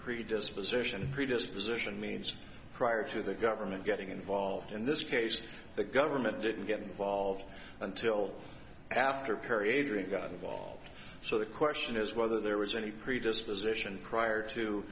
predisposition predisposition means prior to the government getting involved in this case the government didn't get involved until after perry avery got involved so the question is whether there was any predisposition prior to